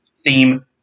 theme